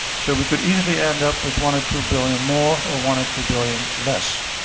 so we could easily end up with one or two billion more or one or two billion less,